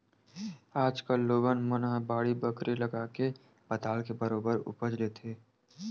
आज कल लोगन मन ह बाड़ी बखरी लगाके पताल के बरोबर उपज लेथे